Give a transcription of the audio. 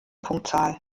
punktzahl